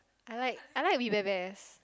I like I like We-Bare-Bears